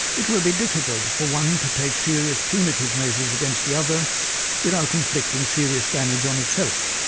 it will be difficult for one to take serious punitive measures against the other without inflicting serious damage on itself.